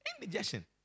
Indigestion